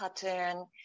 pattern